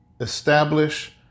establish